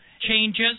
changes